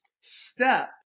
step